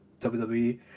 WWE